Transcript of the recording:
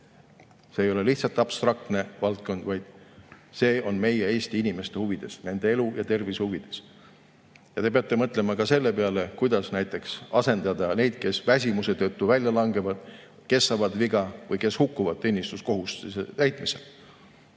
see ei ole lihtsalt abstraktne [teema], vaid see on meie Eesti inimeste huvides, nende elu ja tervise huvides. Te peate mõtlema ka selle peale, kuidas näiteks asendada neid, kes väsimuse tõttu välja langevad, kes saavad viga või kes hukkuvad teenistuskohustuse täitmisel.